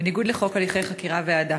בניגוד לחוק הליכי חקירה והעדה.